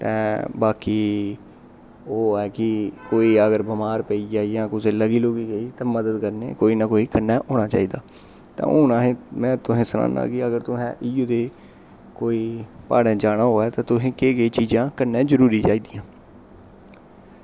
ते बाकी ओह् होऐ कि कोई अगर बमार पेई गेआ जां कुसै गी लग्गी लुगी गेई तां मदद करने गी कोई ना कोई कन्नै होना चाहिदा ते हून असें में तुसेंगी सनानां कि अगर तुसें इ'यो देह् कोई प्हाड़ें जाना होऐ ते तुसें केह् केह् चीज़ां कन्नै जरूरी चाहिदियां